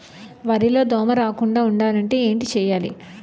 వరిలో దోమ రాకుండ ఉండాలంటే ఏంటి చేయాలి?